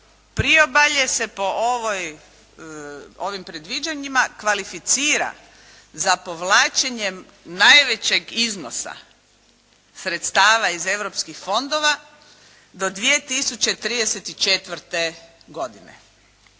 Priobalje se po ovim predviđanjima kvalificira za povlačenjem najvećeg iznosa sredstava iz europskih fondova do 2034. godine.